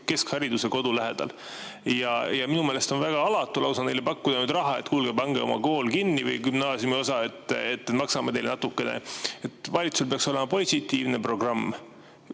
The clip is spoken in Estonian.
keskhariduse kodu lähedal. Minu meelest on väga alatu lausa pakkuda neile nüüd raha, et kuulge, pange oma kool või gümnaasiumiosa kinni, maksame teile natukene. Valitsusel peaks olema positiivne programm.